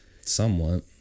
Somewhat